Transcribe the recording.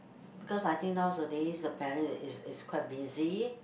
because I think nowadays the parents is is quite busy